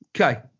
Okay